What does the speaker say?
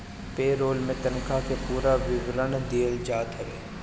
पे role में तनखा के पूरा विवरण दिहल जात हवे